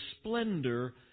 splendor